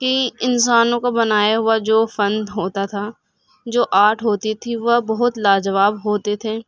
کہ انسانوں کا بنایا ہوا جو فن ہوتا تھا جو آرٹ ہوتی تھی وہ بہت لا جواب ہوتے تھے